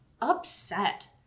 upset